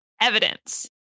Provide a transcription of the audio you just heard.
evidence